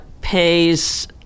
pays